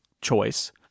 choice